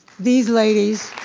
these ladies